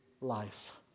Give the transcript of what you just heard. life